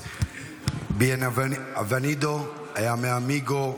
bienvenido mi amigo,